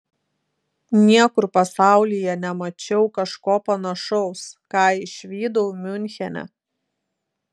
niekur pasaulyje nemačiau kažko panašaus ką išvydau miunchene